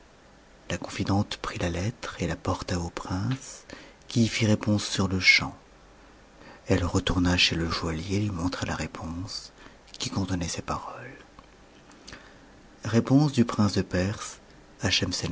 la confidente prit la lettre et la porta au prince qui y fit réponse surle cbamp elle retourna chez le joaillier lui montrer la réponse qui contenait ces paroles hëponse du ptuncë de perse